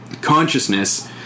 consciousness